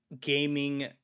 gaming